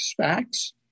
SPACs